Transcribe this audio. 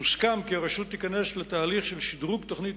הוסכם כי הרשות תיכנס לתהליך של שדרוג תוכנית